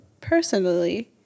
personally